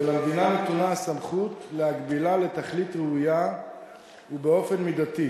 ולמדינה נתונה הסמכות להגבילו לתכלית ראויה ובאופן מידתי.